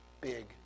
big